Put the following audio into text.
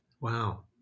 Wow